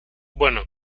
bueno